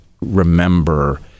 remember